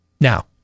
Now